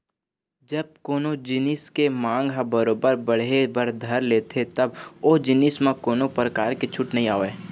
जब कोनो जिनिस के मांग ह बरोबर बढ़े बर धर लेथे तब ओ जिनिस म कोनो परकार के छूट नइ आवय